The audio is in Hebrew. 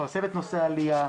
לפרסם את נושא העלייה,